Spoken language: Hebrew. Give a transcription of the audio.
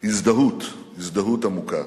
הזדהות, הזדהות עמוקה.